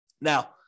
Now